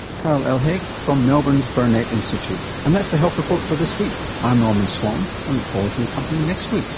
carol el-hayek from melbourne's burnet institute. and that's the health report for this week. i'm norman swan, i ah look forward to your company next week